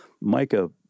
Micah